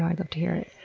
i'd love to hear it.